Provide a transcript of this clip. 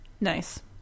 nice